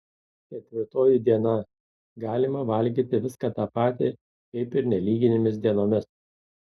ketvirtoji diena galima valgyti viską tą patį kaip ir nelyginėmis dienomis